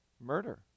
murder